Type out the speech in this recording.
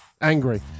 angry